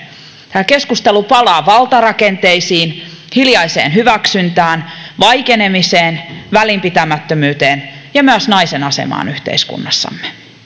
tämä keskustelu palaa valtarakenteisiin hiljaiseen hyväksyntään vaikenemiseen välinpitämättömyyteen ja myös naisen asemaan yhteiskunnassamme